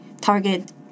target